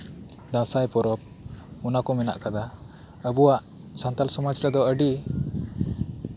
ᱫᱟᱸᱥᱟᱭ ᱯᱚᱨᱚᱵ ᱚᱱᱟᱠᱩ ᱢᱮᱱᱟᱜ ᱟᱠᱟᱫᱟ ᱟᱵᱩᱣᱟᱜ ᱥᱟᱱᱛᱟᱞ ᱥᱚᱢᱟᱡ ᱨᱮᱫᱚ ᱟᱹᱰᱤ